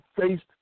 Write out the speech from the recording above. faced